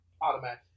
Automatic